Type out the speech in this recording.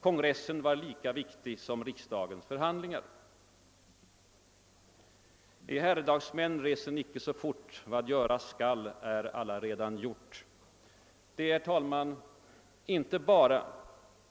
Kongressen var lika viktig som riksdagens förhandlingar.» »I herredagsmän resen icke så fort, vad göras skall är allaredan gjort.> Det är, herr talman, inte bara